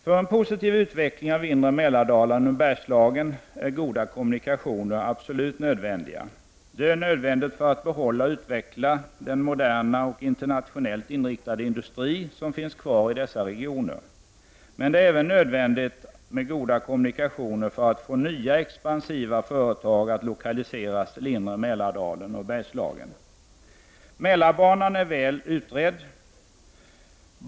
För en positiv utveckling av inre Mälardalen och Bergslagen är goda kommunikationer absolut nödvändiga. Det är nödvändigt för att behålla och utveckla den moderna och internationellt inriktade industri som finns kvar i dessa regioner. Men det är även nödvändigt med goda kommunikationer för att få nya expansiva företag att lokaliseras till inre Mälardalen och Bergslagen. Mälarbanan är väl utredd.